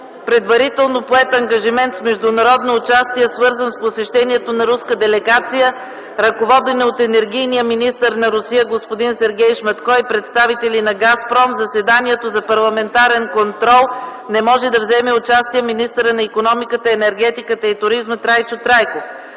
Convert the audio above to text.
предварително поет ангажимент с международно участие, свързан с посещението на руска делегация, ръководена от енергийния министър на Русия господин Сергей Шматко и представители на „Газпром”, в заседанието за парламентарен контрол не може да вземе участие министърът на икономиката, енергетиката и туризма Трайчо Трайков.